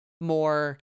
more